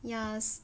yes